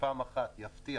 שפעם אחת יבטיח